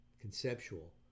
conceptual